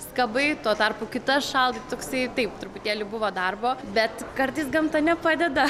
skabai tuo tarpu kitas šaldai toksai taip truputėlį buvo darbo bet kartais gamta nepadeda